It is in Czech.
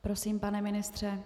Prosím, pane ministře.